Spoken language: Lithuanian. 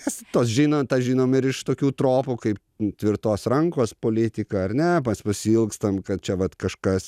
nes tos žinom tą žinom ir iš tokių tropų kaip tvirtos rankos politiką ar ne mes pasiilgstam kad čia vat kažkas